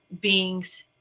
beings